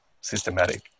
systematic